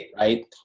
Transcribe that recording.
right